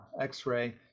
x-ray